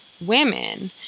women